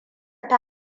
ta